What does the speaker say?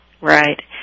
Right